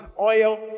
oil